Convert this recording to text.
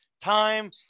time